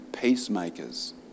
peacemakers